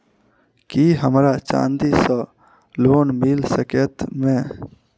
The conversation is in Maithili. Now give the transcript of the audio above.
की हमरा चांदी सअ लोन मिल सकैत मे?